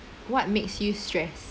what makes you stressed